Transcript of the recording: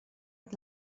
und